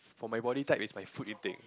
for my body type is my food intake